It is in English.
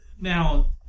Now